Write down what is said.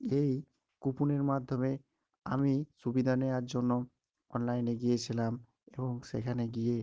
এই কুপনের মাধ্যমে আমি সুবিধা নেওয়ার জন্য অনলাইনে গিয়েছিলাম এবং সেখানে গিয়ে